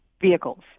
vehicles